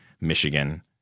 Michigan